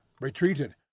retreated